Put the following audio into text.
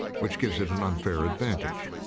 which gives it an unfair advantage.